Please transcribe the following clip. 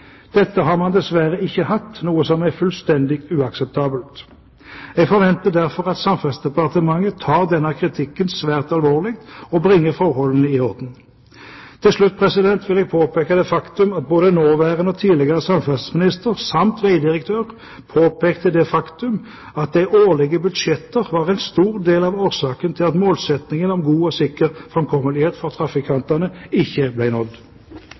Dette har man dessverre ikke hatt, noe som er fullstendig uakseptabelt. Jeg forventer derfor at Samferdselsdepartementet tar denne kritikken svært alvorlig og bringer forholdene i orden. Til slutt vil jeg påpeke at både nåværende og tidligere samferdselsminister samt vegdirektøren påpekte det faktum at de årlige budsjetter var en stor del av årsaken til at målet om god og sikker framkommelighet for trafikantene ikke ble nådd.